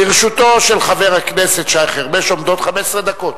לרשותו של חבר הכנסת שי חרמש עומדות 15 דקות.